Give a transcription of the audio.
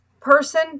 person